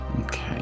Okay